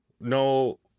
No